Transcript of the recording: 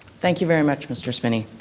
thank you very much, mr. spinney.